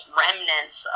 remnants